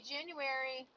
January